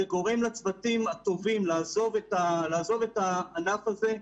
זה גורם לצוותים הטובים לעזוב את הענף הזה.